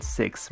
six